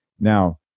Now